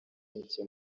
mike